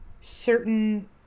certain